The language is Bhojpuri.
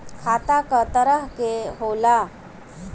खाता क तरह के होला?